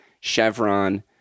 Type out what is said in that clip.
Chevron